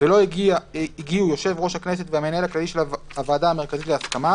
ולא הגיעו יושב ראש הכנסת והמנהל הכללי של הוועדה המרכזית להסכמה,